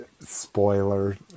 spoiler